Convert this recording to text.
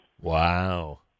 Wow